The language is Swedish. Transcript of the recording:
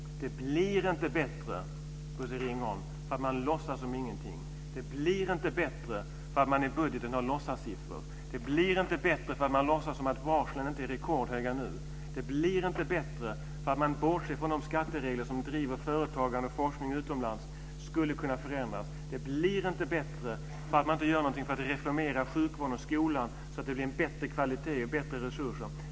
Det blir inte bättre, Bosse Ringholm, för att man låtsas som ingenting. Det blir inte bättre av att i budgeten ha låtsassiffror. Det blir inte bättre för att man låtsas som om varslen för närvarande inte är rekordhöga. Det blir inte bättre för att man bortser från att de skatteregler som driver företagande och forskning utomlands skulle kunna förändras. Det blir inte bättre för att man inte gör någonting för att reformera sjukvården och skolan så att det blir bättre kvalitet och bättre resurser.